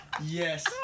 Yes